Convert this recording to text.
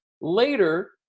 later